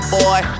boy